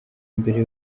mbere